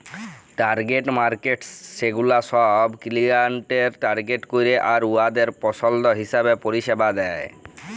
target markets ছেগুলা ছব ক্লায়েন্টদের টার্গেট ক্যরে আর উয়াদের পছল্দ হিঁছাবে পরিছেবা দেয়